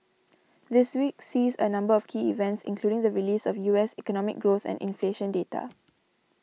this week sees a number of key events including the release of U S economic growth and inflation data